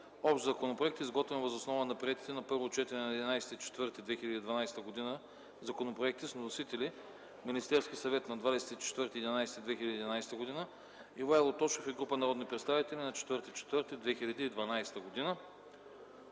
Общ законопроект, изготвен въз основа на приетите на първо четене на 11.04.2012 г. законопроекти с вносители: Министерски съвет на 24.11.2011 г.; Ивайло Тошев и група народни представители на 4.04.2012 г.